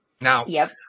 Now